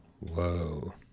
Whoa